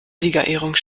siegerehrung